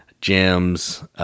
gems